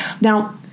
now